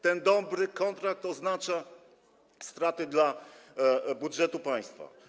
Ten dobry kontrakt oznacza straty dla budżetu państwa.